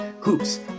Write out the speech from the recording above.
Hoops